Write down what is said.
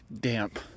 damp